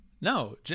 No